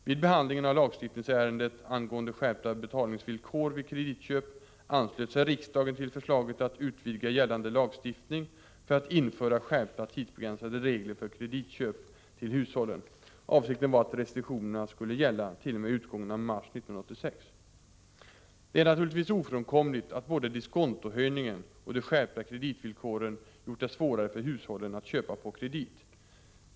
Vid behandlingen av lagstiftningsärendet angående skärpta betalningsvillkor vid kreditköp anslöt sig riksdagen till förslaget att utvidga gällande lagstiftning för att införa skärpta tidsbegränsade regler för kreditköp till hushållen. Avsikten var att restriktionerna skulle gälla t.o.m. utgången av mars 1986. Det är naturligtvis ofrånkomligt att både diskontohöjningen och de skärpta kreditvillkoren gjort det svårare för hushållen att köpa på kredit.